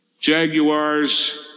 Jaguars